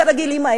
כרגיל: אמא,